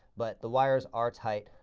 but the wires are tight.